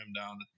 down